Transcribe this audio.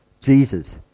Jesus